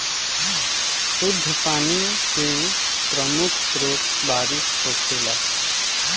शुद्ध पानी के प्रमुख स्रोत बारिश होखेला